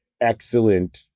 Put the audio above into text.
excellent